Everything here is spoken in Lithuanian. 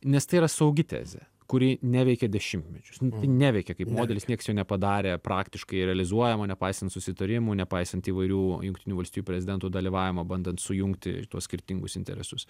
nes tai yra saugi tezė kuri neveikia dešimtmečius nu tai neveikia kaip modelis nieks jo nepadarė praktiškai realizuojamo nepaisant susitarimų nepaisant įvairių jungtinių valstijų prezidentų dalyvavimo bandant sujungti tuos skirtingus interesus